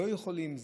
ולא יכולים,